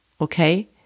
okay